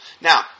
Now